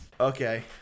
Okay